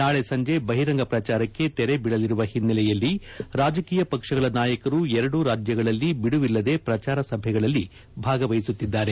ನಾಳೆ ಸಂಜೆ ಬಹಿರಂಗ ಪ್ರಚಾರಕ್ಕೆ ತೆರಬೀಳಲಿರುವ ಹಿನ್ನೆಲೆಯಲ್ಲಿ ರಾಜಕೀಯ ಪಕ್ಷಗಳ ನಾಯಕರು ಎರಡೂ ರಾಜ್ಯಗಳಲ್ಲಿ ಬಿಡುವಿಲ್ಲದೆ ಪ್ರಚಾರ ಸಭೆಗಳಲ್ಲಿ ಭಾಗವಹಿಸುತ್ತಿದ್ದಾರೆ